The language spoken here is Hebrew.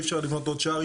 אי אפשר לבנות עוד שער,